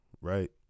right